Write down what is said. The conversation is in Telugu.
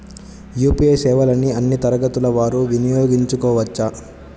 యూ.పీ.ఐ సేవలని అన్నీ తరగతుల వారు వినయోగించుకోవచ్చా?